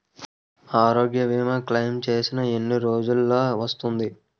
ఆరోగ్య భీమా క్లైమ్ చేసిన ఎన్ని రోజ్జులో వస్తుంది?